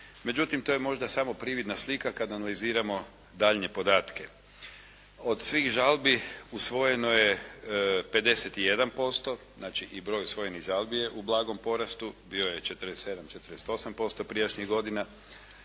Međutim, to je možda samo prividna slika kad analiziramo daljnje podatke. Od svih žalbi usvojeno je 51%, znači i broj usvojenih žalbi je u blagom porastu. Bio je 47, 48% prijašnjih godina.